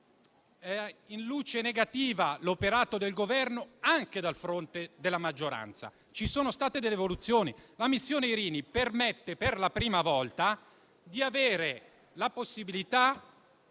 in luce negativa l'operato del Governo, anche dal fronte della maggioranza. Ci sono state delle evoluzioni: la missione Irini permette, per la prima volta, di portare